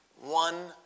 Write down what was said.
One